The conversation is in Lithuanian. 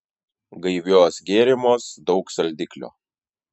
gaiviuos gėrimuos daug saldiklio